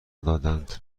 دادند